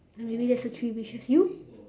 I mean that's the three wishes you